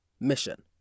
Mission